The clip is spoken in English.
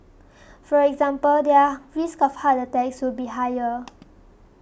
for example their risk of heart attacks would be higher